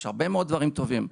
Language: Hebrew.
יש הרבה מאוד דברים טובים.